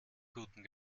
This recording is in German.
guten